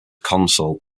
consul